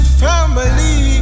family